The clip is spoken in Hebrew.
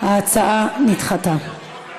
ההצעה נדחתה.